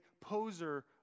poser